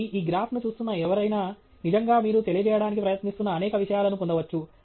కాబట్టి ఈ గ్రాఫ్ను చూస్తున్న ఎవరైనా నిజంగా మీరు తెలియజేయడానికి ప్రయత్నిస్తున్న అనేక విషయాలను పొందవచ్చు